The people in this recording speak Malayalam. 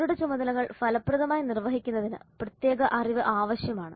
അവരുടെ ചുമതലകൾ ഫലപ്രദമായി നിർവഹിക്കുന്നതിന് പ്രത്യേക അറിവ് ആവശ്യമാണ്